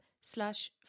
slash